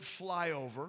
flyover